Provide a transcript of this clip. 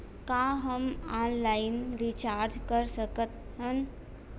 का हम online recharge कर सकत हन?